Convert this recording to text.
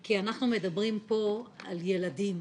כי אנחנו מדברים פה על ילדים,